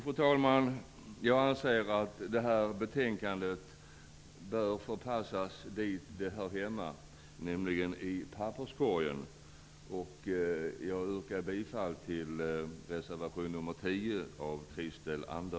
Fru talman, jag anser att det här betänkandet bör förpassas dit det hör hemma, nämligen till papperskorgen, och jag yrkar bifall till motion 1995/96:K10